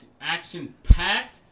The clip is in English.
action-packed